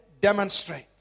Demonstrate